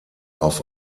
auf